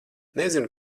nezinu